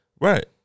Right